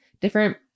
different